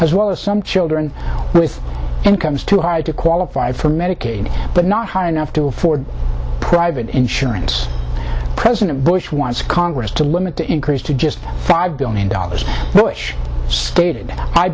as well as some children with incomes too high to qualify for medicaid but not high enough to afford private insurance president bush wants congress to limit to increase to just five billion dollars which stated i